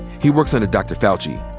he works under dr. fauci,